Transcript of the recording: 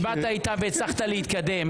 ואני חייב לומר כמה הערות על מי שהיא רצתה ביקרו,